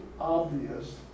obvious